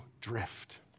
drift